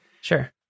Sure